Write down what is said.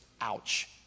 ouch